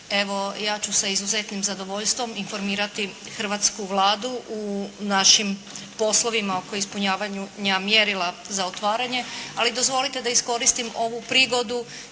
evo ja ću sa izuzetnim zadovoljstvom informirati hrvatsku Vladu u našim poslovima oko ispunjavanja mjerila za otvaranje, ali dozvolite da iskoristim ovu prigodu